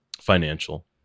financial